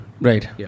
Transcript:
Right